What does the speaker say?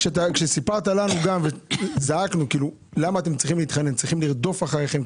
כשסיפרת לנו זעקנו למה אתם צריכים להתחנן כי צריכים לרדוף אחריכם.